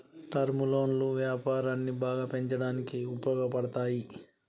term లోన్లు వ్యాపారాన్ని బాగా పెంచడానికి ఉపయోగపడతాయి